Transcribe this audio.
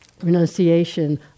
Renunciation